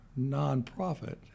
nonprofit